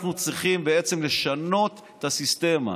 אנחנו צריכים בעצם לשנות את הסיסטמה,